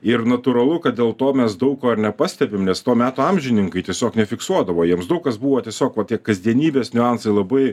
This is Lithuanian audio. ir natūralu kad dėl to mes daug ko ir nepastebim nes to meto amžininkai tiesiog nefiksuodavo jiems daug kas buvo tiesiog va tie kasdienybės niuansai labai